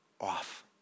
off